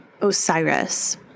Osiris